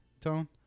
Tone